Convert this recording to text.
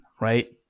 right